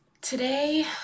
Today